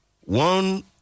One